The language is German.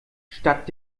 statt